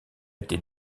été